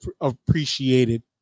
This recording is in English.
appreciated